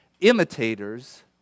imitators